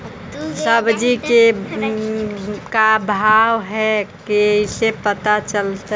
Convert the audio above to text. सब्जी के का भाव है कैसे पता चलतै?